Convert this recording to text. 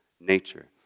nature